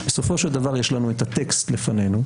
בסופו של דבר יש לנו את הטקסט לפנינו,